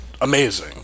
amazing